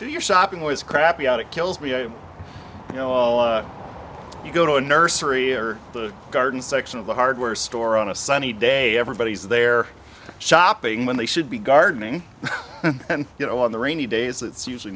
do your shopping was crappy out it kills me noah you go to a nursery or the garden section of the hardware store on a sunny day everybody has their shopping when they should be gardening and you know on the rainy days it's usually